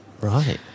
right